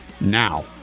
Now